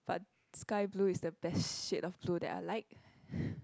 but sky blue is the best shade of blue that I like